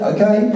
Okay